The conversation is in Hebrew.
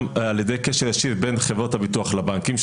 על ידי קשר ישיר בין חברות הביטוח לבנקים,